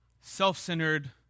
self-centered